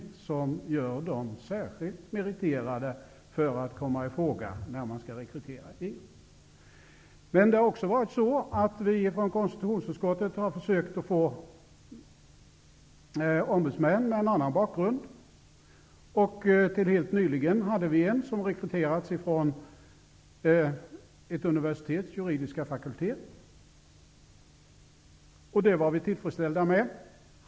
Det gör dem särskilt meriterade för att komma i fråga vid rekrytering. Vi i konstitutionsutskottet har även försökt att få ombudsmän med annan bakgrund. Helt nyligen rekryterades en person från ett universitets juridiska fakultet. Vi var tillfredsställda med honom.